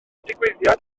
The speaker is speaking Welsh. digwyddiad